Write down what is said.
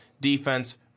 defense